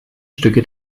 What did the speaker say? stücke